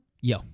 Yo